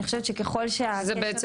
אני חושבת שככל שהקשר --- שזה בעצם